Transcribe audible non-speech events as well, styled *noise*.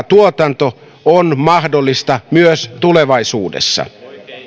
*unintelligible* tuotanto on mahdollista myös tulevaisuudessa